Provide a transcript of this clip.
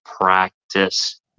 practice